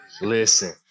listen